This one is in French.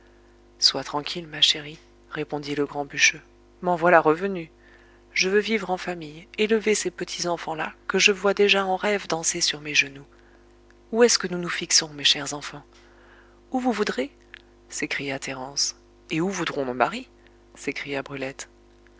sois tranquille ma chérie répondit le grand bûcheux m'en voilà revenu je veux vivre en famille élever ces petits enfants-là que je vois déjà en rêve danser sur mes genoux où est-ce que nous nous fixons mes chers enfants où vous voudrez s'écria thérence et où voudront nos maris s'écria brulette